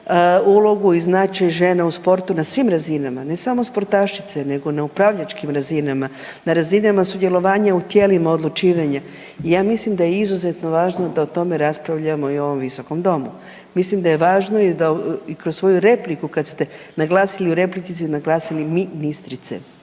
ulogu i značaj žena u sportu na svim razinama, ne samo sportašice nego na upravljačkim razinama, na razinama sudjelovanja u tijelima odlučivanja i ja mislim da je izuzetno važno da o tome raspravljamo i u ovom visokom domu. Mislim da je važno i da kroz svoju repliku kad ste naglasili, u replici ste naglasili mi-ni-stri-ce,